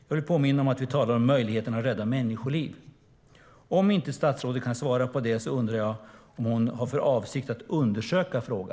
Jag vill påminna om att vi talar om möjligheter att rädda människoliv. Om inte statsrådet kan svara på den frågan undrar jag om hon har för avsikt att undersöka detta.